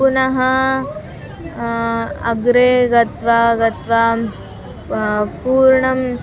पुनः अग्रे गत्वा गत्वा पूर्णं